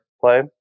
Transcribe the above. play